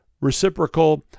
reciprocal